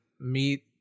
meet